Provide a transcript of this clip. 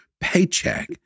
paycheck